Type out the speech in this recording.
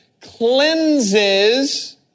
cleanses